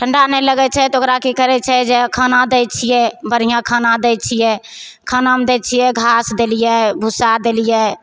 ठण्डा नहि लगय छै तऽ ओकरा की करय छै जे खाना दै छियै बढ़िआँ खाना दै छियै खानामे दै छियै घास देलियै भूस्सा देलियै